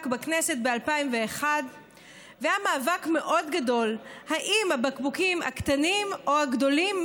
בכנסת ב-2001 והיה מאבק מאוד גדול אם הבקבוקים הקטנים או הגדולים,